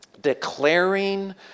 declaring